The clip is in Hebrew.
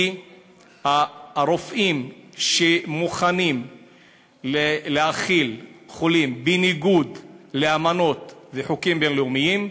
כי הרופאים שמוכנים להאכיל חולים בניגוד לאמנות וחוקים בין-לאומיים,